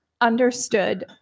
understood